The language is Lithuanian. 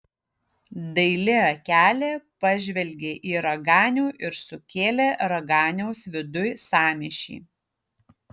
daili akelė pažvelgė į raganių ir sukėlė raganiaus viduj sąmyšį